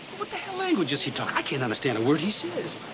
what the hell language is he talking? i can't understand a word he says.